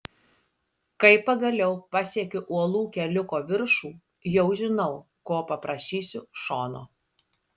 kai pagaliau pasiekiu uolų keliuko viršų jau žinau ko paprašysiu šono